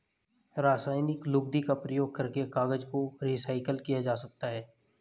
रासायनिक लुगदी का प्रयोग करके कागज को रीसाइकल किया जा सकता है